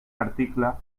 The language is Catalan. article